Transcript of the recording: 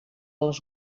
les